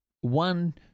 One